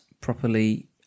properly